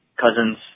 cousins